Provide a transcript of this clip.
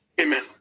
Amen